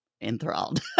enthralled